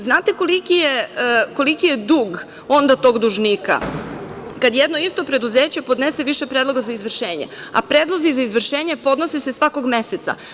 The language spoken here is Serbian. Znate koliki je dug onda tog dužnika kad jedno isto preduzeće podnese više predloga za izvršenje, a predlozi za izvršenje podnose se svakog meseca?